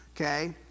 Okay